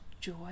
joy